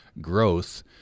growth